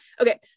okay